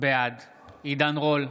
בעד עידן רול,